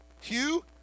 Hugh